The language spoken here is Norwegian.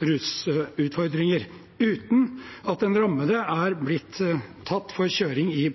rusutfordringer, uten at den rammede er blitt tatt for kjøring i